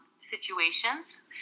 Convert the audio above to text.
situations